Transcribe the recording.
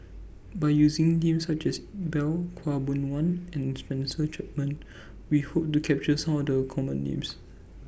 By using Names such as Iqbal Khaw Boon Wan and Spencer Chapman We Hope to capture Some of The Common Names